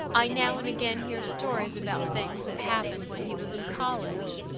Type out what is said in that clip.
i now and again hear stories about things that happened when he was in college.